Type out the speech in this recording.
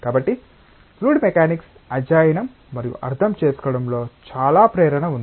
కాబట్టి fluid mechanics అధ్యయనం మరియు అర్థం చేసుకోవడంలో చాలా ప్రేరణ ఉంది